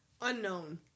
Unknown